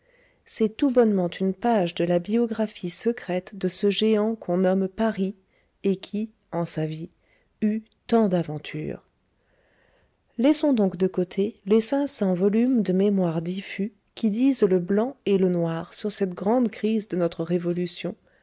c'est tout bonnement une page de la biographie secrète de ce géant qu'on nomme paris et qui en sa vie eut tant d'aventures laissons donc de côté les cinq cents volumes de mémoires diffus qui disent le blanc et le noir sur cette grande crise de notre révolution